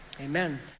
Amen